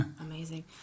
Amazing